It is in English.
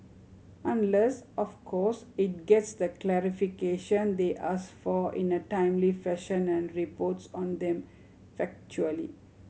unless of course it gets the clarification they ask for in a timely fashion and reports on them factually